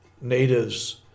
natives